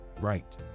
right